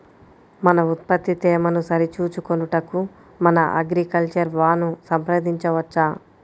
మన ఉత్పత్తి తేమను సరిచూచుకొనుటకు మన అగ్రికల్చర్ వా ను సంప్రదించవచ్చా?